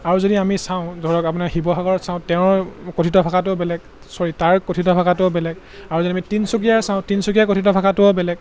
আৰু যদি আমি চাওঁ ধৰক আপোনাৰ শিৱসাগৰত চাওঁ তেওঁৰ কথিত ভাষাটোও বেলেগ চৰি তাৰ কথিত ভাষাটোও বেলেগ আৰু যদি আমি তিনিচুকীয়াৰ চাওঁ তিনিচুকীয়াৰ কথিত ভাষাটোও বেলেগ